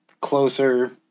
closer